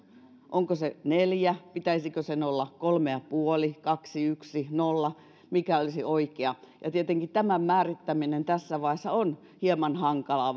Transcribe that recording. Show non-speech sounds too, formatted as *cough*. onko se neljä pitäisikö sen olla kolme ja puoli kaksi yksi nolla mikä olisi oikea tietenkin tämän määrittäminen tässä vaiheessa on hieman hankalaa *unintelligible*